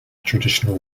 traditional